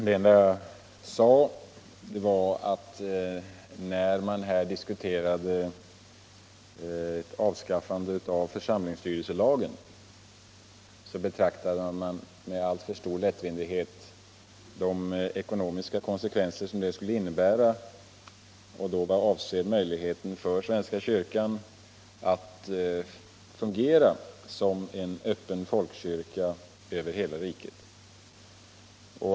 Det jag sade var att när man här diskuterade avskaffande av församlingsstyrelselagen, så betraktade man med alltför stor lättvindighet de ekonomiska konsekvenser som det skulle innebära särskilt vad avser möjligheten för svenska kyrkan att fungera som en öppen folkkyrka för hela riket.